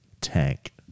tank